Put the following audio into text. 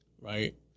right